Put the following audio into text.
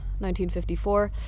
1954